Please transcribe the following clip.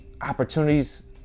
opportunities